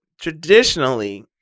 traditionally